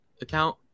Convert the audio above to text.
account